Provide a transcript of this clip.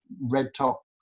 red-top